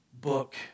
book